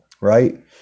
right